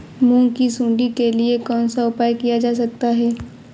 मूंग की सुंडी के लिए कौन सा उपाय किया जा सकता है?